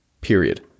period